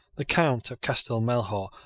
the count of castel melhor,